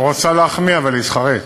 הוא רצה להחמיא אבל התחרט.